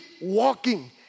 walking